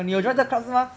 没有 lah